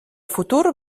futur